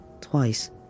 twice